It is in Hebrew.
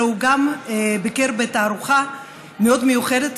אלא הוא גם ביקר בתערוכה מאוד מיוחדת